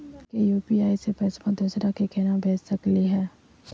हमनी के यू.पी.आई स पैसवा दोसरा क केना भेज सकली हे?